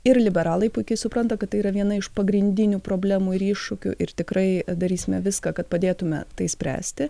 ir liberalai puikiai supranta kad tai yra viena iš pagrindinių problemų ir iššūkių ir tikrai darysime viską kad padėtumėme tai spręsti